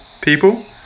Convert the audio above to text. people